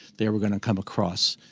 they were gonna come across